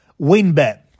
WinBet